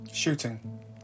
shooting